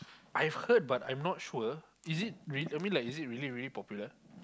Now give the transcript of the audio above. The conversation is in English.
I've heard but I'm not sure is it re I mean like is it really really popular